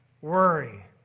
worry